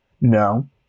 No